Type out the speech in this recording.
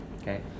okay